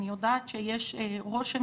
אני יודעת שיש רושם